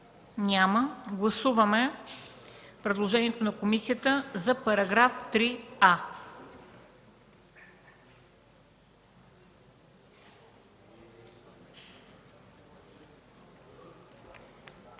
Няма. Гласуваме предложението на комисията за § 3а.